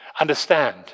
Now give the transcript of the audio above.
understand